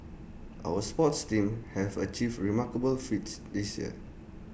our sports teams have achieved remarkable feats this year